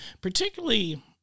particularly